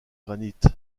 granit